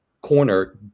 corner